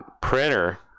printer